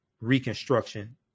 reconstruction